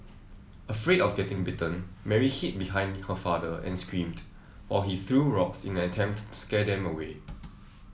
afraid of getting bitten Mary hid behind her father and screamed while he threw rocks in an attempt to scare them away